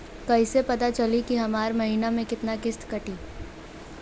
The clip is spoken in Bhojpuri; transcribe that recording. कईसे पता चली की हमार महीना में कितना किस्त कटी?